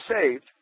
saved